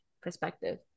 perspective